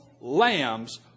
lambs